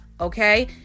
okay